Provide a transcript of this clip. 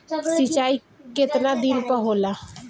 सिंचाई केतना दिन पर होला?